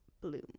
bloom